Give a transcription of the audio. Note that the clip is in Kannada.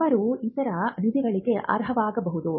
ಅವರು ಇತರ ನಿಧಿಗಳಿಗೆ ಅರ್ಹರಾಗಬಹುದು